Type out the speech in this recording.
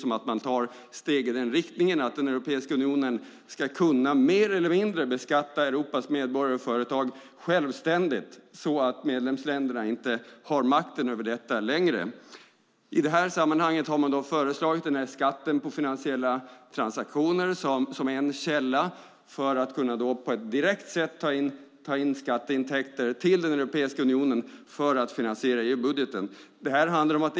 Men man tar steg i riktningen mot att Europeiska unionen ska kunna beskatta Europas medborgare och företag självständigt och att medlemsländerna inte längre har makten över detta. I detta sammanhang har man föreslagit en skatt på finansiella transaktioner som en källa för att på ett direkt sätt ta in skatteintäkter till Europeiska unionen för att finansiera EU-budgeten.